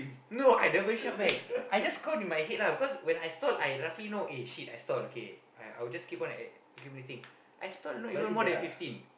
no I never shout back I just count in my head lah because when I stall I roughly know eh shit I stall okay I would just keep on acc~ accumulating I stall not even more than fifteen